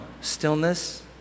stillness